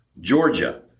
Georgia